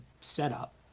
setup